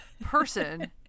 person